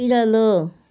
बिरालो